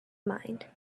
mind